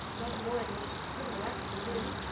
not knowing what criminal acts he was doing.